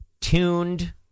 tuned